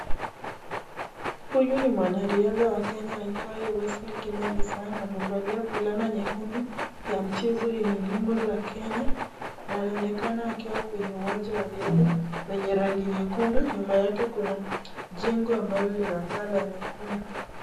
Huyu ni mwanariadha wa Kenya aitwaye Wesley Kimeli Sang. Amevalia fulana nyekundu ya mchezo yenye nembo za Kenya. Anaonekana akiwa kwenye uwanja wa riadha wenye rangi nyekundu. Nyuma yake kuna jengo ambalo lina paa la nyekundu.